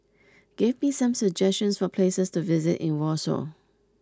give me some suggestions for places to visit in Warsaw